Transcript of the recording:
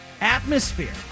atmosphere